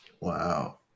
Wow